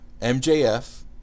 MJF